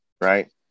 Right